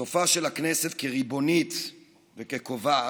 סופה של הכנסת כריבונית וכקובעת,